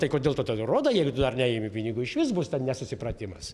tai kodėl tu tada rodai jeigu tu dar neimti pinigų išvis bus ten nesusipratimas